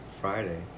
Friday